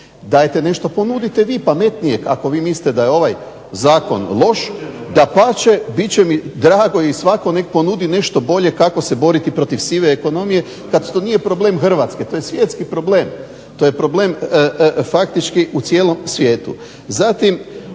Dajte ponudite nešto vi pametnije ako vi smilite da je ovaj zakon loš, dapače bit će mi drago i svatko neka ponudi nešto bolje kako se boriti sive ekonomije kada to nije problem Hrvatske. To je svjetski problem, to je problem u cijelom svijetu.